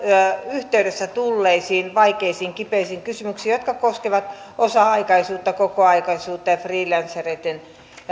yhteydessä tulleisiin vaikeisiin kipeisiin kysymyksiin jotka koskevat osa aikaisuutta kokoaikaisuutta ja ja freelancereitten